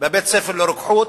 בבית-ספר לרוקחות,